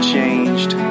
changed